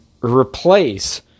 replace